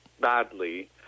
badly